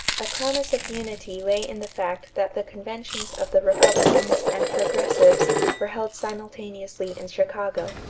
a promise of unity lay in the fact that the conventions of the republicans and progressives were held simultaneously in chicago.